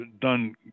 done